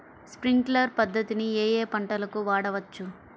Sprinkler పద్ధతిని ఏ ఏ పంటలకు వాడవచ్చు?